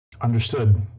understood